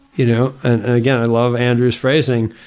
you know and again, i love andrew's phrasing,